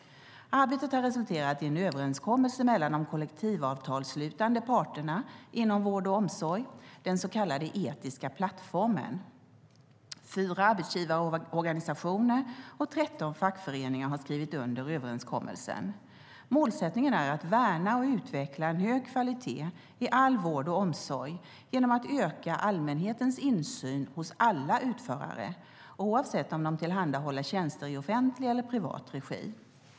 Arbetet har resulterat i en överenskommelse mellan de kollektivavtalsslutande parterna inom vård och omsorg, den så kallade etiska plattformen. Fyra arbetsgivarorganisationer och 13 fackföreningar har skrivit under överenskommelsen. Målsättningen är att värna och utveckla en hög kvalitet i all vård och omsorg genom att öka allmänhetens insyn hos alla utförare - oavsett om de tillhandhåller tjänster i offentlig eller privat regi.